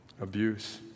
Abuse